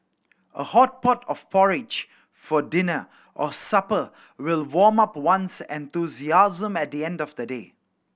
a hot pot of porridge for dinner or supper will warm up one's enthusiasm at the end of a day